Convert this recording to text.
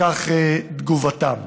וכך תגובתם: